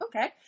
okay